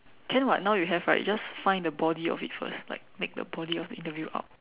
can [what] now you have right you just find the body of it first like make the body of the interview out